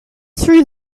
through